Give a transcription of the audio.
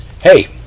Hey